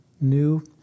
new